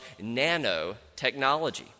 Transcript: nanotechnology